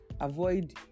avoid